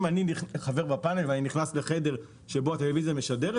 אם אני חבר בפאנל ואני נכנס לחדר שבו הטלוויזיה משדרת,